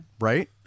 Right